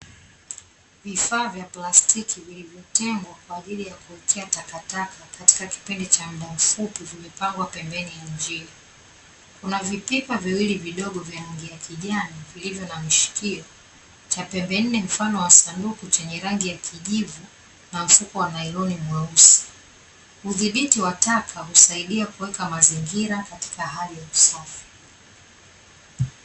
Vifaa vya plastiki vilivyotengwa kwa ajili ya kuwekea takataka katika kipindi cha muda mfupi vimepangwa pembeni ya njia. Kuna vipipa viwili vidogo vya rangi ya kijani vilivyo na mishikio, cha pembe nne mfano wa sanduku chenye rangi ya kijivu, na mfuko wa nailoni mweusi. Udhibiti wa taka husaidia kuweka mazingira katika hali ya usafi.